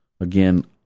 Again